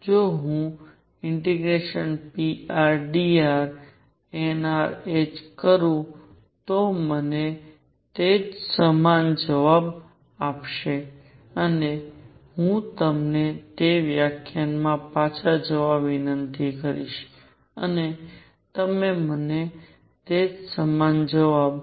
તેથી જો હું ∫prdrnrh કરું તો તે મને તે જ સમાન જવાબ આપશે અને હું તમને તે વ્યાખ્યાનમાં પાછા જવા વિનંતી કરીશ અને મને તે જ સમાન જવાબ